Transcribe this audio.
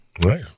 Right